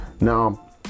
now